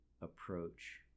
approach